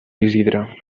isidre